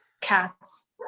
Cats